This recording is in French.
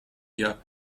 gars